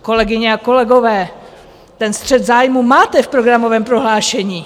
Kolegyně a kolegové, ten střet zájmů máte v programovém prohlášení.